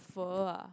pho ah